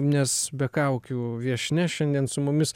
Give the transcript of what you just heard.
nes be kaukių viešnia šiandien su mumis